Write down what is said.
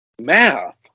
Math